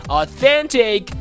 authentic